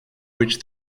which